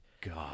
God